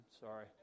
Sorry